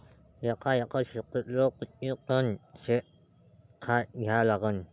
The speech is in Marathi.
एका एकर शेतीले किती टन शेन खत द्या लागन?